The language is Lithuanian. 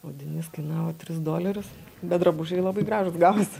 audinys kainavo tris dolerius bet drabužiai labai gražūs gavosi